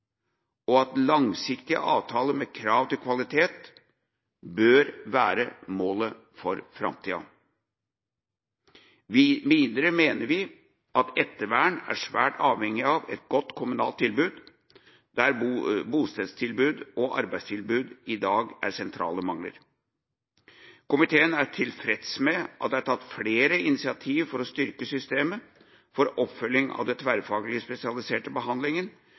og at langsiktige avtaler med krav til kvalitet bør være målet for framtida. Videre mener vi at ettervern er svært avhengig av et godt kommunalt tilbud, der bostedstilbud og arbeidstilbud i dag er sentrale mangler. Komiteen er tilfreds med at det er tatt flere initiativ for å styrke systemet for oppfølging av den tverrfaglige spesialiserte behandlingen